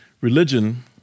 religion